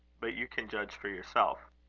but you can judge for yourself.